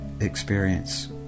experience